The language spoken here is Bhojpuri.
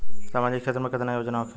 सामाजिक क्षेत्र में केतना योजना होखेला?